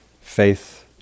faith